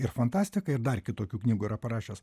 ir fantastiką ir dar kitokių knygų yra parašęs